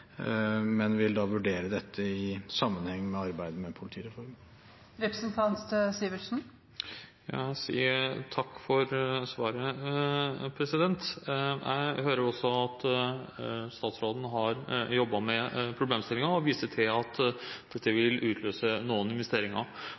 men vil vurdere dette i sammenheng med arbeidet med politireformen. Takk for svaret. Jeg hører også at statsråden har jobbet med problemstillingen og viser til at dette